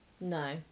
No